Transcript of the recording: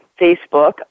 Facebook